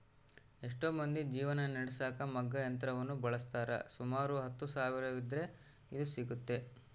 ಎಷ್ಟೊ ಮಂದಿ ಜೀವನ ನಡೆಸಕ ಮಗ್ಗ ಯಂತ್ರವನ್ನ ಬಳಸ್ತಾರ, ಸುಮಾರು ಹತ್ತು ಸಾವಿರವಿದ್ರ ಇದು ಸಿಗ್ತತೆ